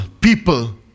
people